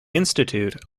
institute